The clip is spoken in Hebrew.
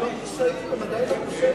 הם עדיין לא מורשעים.